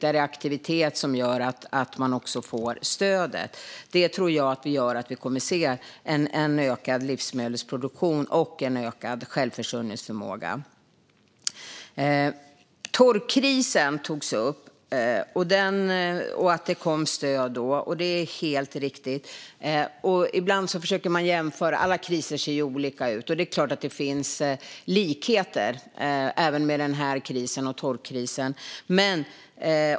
Det är aktivitet som gör att man får stödet. Det tror jag gör att vi kommer att se en ökad livsmedelsproduktion och en ökad självförsörjningsförmåga. Torkkrisen togs upp och att det då kom stöd. Det är helt riktigt. Alla kriser ser olika ut. Det är klart att det finns likheter även mellan den här krisen och torkkrisen.